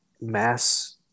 mass